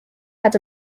had